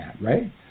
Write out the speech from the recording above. right